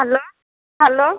hello hello